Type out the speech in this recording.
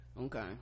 okay